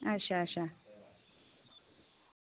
अच्छा अच्छा